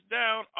down